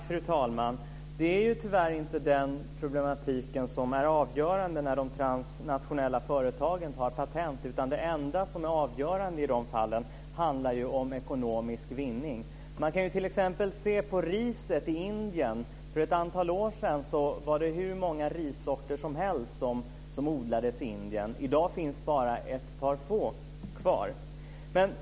Fru talman! Det är tyvärr inte den problematiken som är avgörande när de transnationella företagen tar patent. Det enda som är avgörande i de fallen handlar om ekonomisk vinning. Man kan t.ex. se på riset i Indien. För ett antal år sedan var det hur många rissorter som helst som odlades i Indien. I dag finns bara några få kvar.